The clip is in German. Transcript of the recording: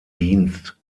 dienst